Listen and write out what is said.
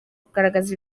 kugaragaza